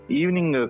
evening